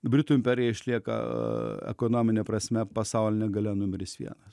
britų imperija išlieka ekonomine prasme pasauline galia numeris vienas